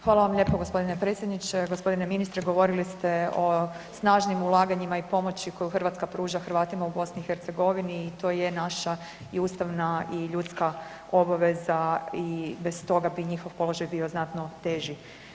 Hvala vam lijepo g. predsjedniče. g. Ministre, govorili ste o snažnim ulaganjima i pomoći koju Hrvatska pruža Hrvatima u BiH i to je naša i ustavna i ljudska obaveza i bez toga bi njihov položaj bio znatno teži.